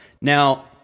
Now